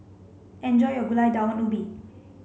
enjoy your Gulai Daun Ubi